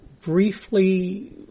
briefly